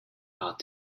art